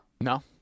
no